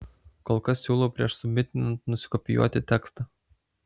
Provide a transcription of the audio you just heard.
kol kas siūlau prieš submitinant nusikopijuoti tekstą